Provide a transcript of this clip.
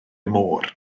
môr